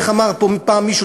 איך אמר פה פעם מישהו,